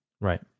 Right